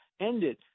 ended